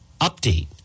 update